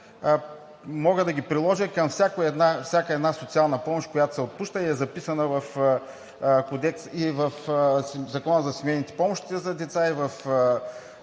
мога да ги приложа към всяка една социална помощ, която се отпуска и е записана в Закона за семейните помощи за деца